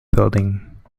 building